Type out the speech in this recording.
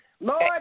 Lord